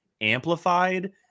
amplified